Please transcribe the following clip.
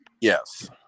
Yes